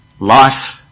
life